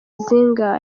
zingahe